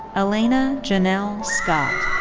elaina janelle scott.